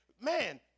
man